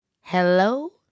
Hello